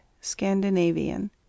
Scandinavian